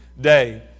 day